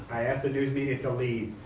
i asked the news media to leave.